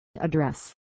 address